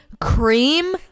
cream